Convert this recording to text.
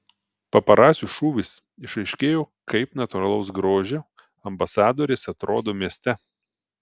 paparacio šūvis išaiškėjo kaip natūralaus grožio ambasadorės atrodo mieste